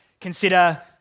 consider